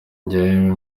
njyewe